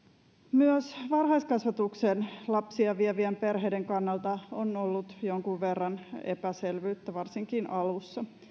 myös varhaiskasvatukseen lapsia vievien perheiden kannalta on ollut jonkun verran epäselvyyttä varsinkin alussa